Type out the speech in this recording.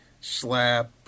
slap